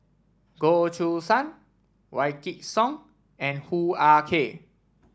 Goh Choo San Wykidd Song and Hoo Ah Kay